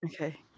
Okay